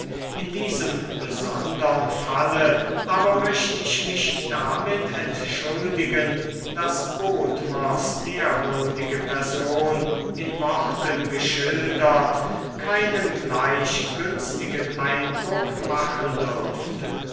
in diesem besondern falle aber möcht ich mich damit entschuldigen daß bodmers ehrwürdige person in worten geschildert keinen gleich günstigen eindruck machen dürfte